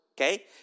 Okay